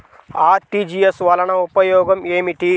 RTGS వలన ఉపయోగం ఏమిటీ?